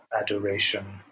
adoration